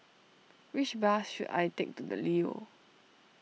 which bus should I take to the Leo